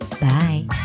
Bye